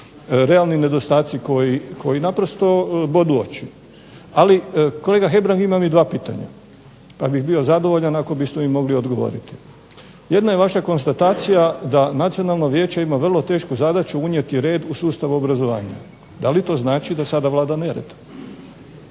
realni nedostaci koji naprosto bodu oči. Ali kolega Hebrang imam i dva pitanja, pa bih bio zadovoljan ako biste mi mogli odgovoriti. Jedna je vaša konstatacija da nacionalno vijeće ima vrlo tešku zadaću unijeti red u sustav obrazovanja. Da li to znači da sada vlada nered?